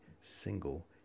single